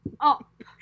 up